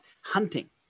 hunting